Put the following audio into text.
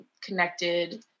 connected